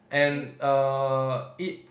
and err it